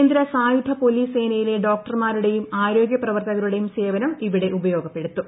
കേന്ദ്ര സായുധ പോലീസ് സേനയിലെ ഡോക്ടർമാരുടെയും ആരോഗ്യപ്രവർത്തകരുടെയും സേവനം ഇവിടെ ഉപയോഗപ്പെടുത്തും